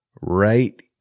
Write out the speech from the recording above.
right